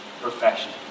Perfection